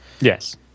Yes